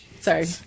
Sorry